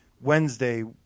Wednesday